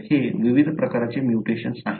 तर हे विविध प्रकारचे म्युटेशन्स आहेत